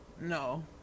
No